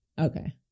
okay